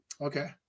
okay